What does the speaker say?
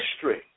history